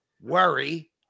worry